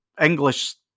English